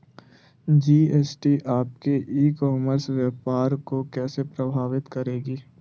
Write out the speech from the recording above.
GST आपके e commerce व्यापार को कैसे प्रभावित करेगी?